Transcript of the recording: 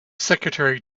secretary